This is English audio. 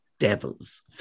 Devils